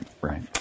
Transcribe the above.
Right